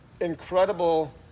incredible